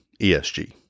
ESG